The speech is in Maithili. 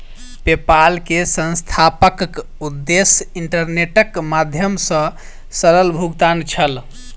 पेपाल के संस्थापकक उद्देश्य इंटरनेटक माध्यम सॅ सरल भुगतान छल